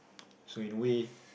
so in a way